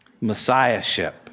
messiahship